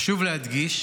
חשוב להדגיש